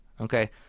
okay